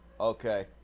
Okay